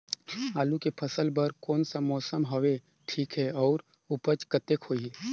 आलू के फसल बर कोन सा मौसम हवे ठीक हे अउर ऊपज कतेक होही?